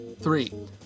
Three